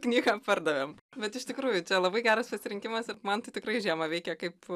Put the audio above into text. knygą pardavėm bet iš tikrųjų čia labai geras pasirinkimas ir man tai tikrai žiemą veikia kaip